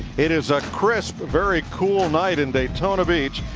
it is a crisp, very cool night in daytona beach.